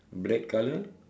black colour